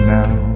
now